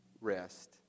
rest